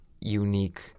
unique